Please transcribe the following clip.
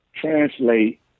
translate